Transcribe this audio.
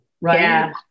right